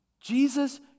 Jesus